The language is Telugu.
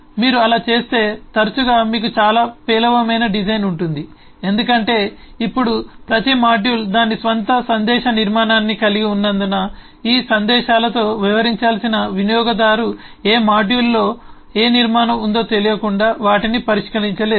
మీరు అలా చేస్తే తరచుగా మీకు చాలా పేలవమైన డిజైన్ ఉంటుంది ఎందుకంటే ఇప్పుడు ప్రతి మాడ్యూల్ దాని స్వంత సందేశ నిర్మాణాన్ని కలిగి ఉన్నందున ఈ సందేశాలతో వ్యవహరించాల్సిన వినియోగదారు ఏ మాడ్యూల్లో ఏ నిర్మాణం ఉందో తెలియకుండా వాటిని పరిష్కరించలేరు